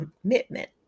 commitment